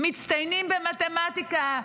מצטיינים במתמטיקה,